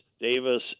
Davis